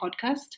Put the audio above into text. podcast